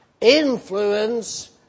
influence